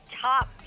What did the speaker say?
Top